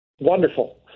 Wonderful